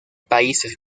países